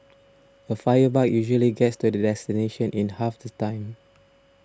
a fire bike usually gets to the destination in half the time